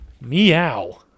Meow